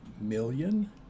million